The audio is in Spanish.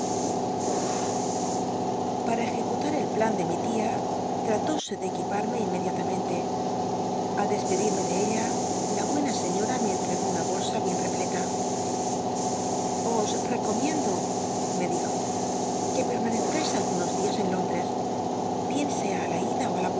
paa ejecutar el plan de mi tia tratóse de equipar me inmediatamente al despedirme de ella la buena señora me entregó una bolsa bien repleta os recomienclo me dijo que permanezcais algunos dias en lóndres bien sea á la ida ó á la